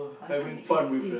having fun with